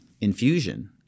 infusion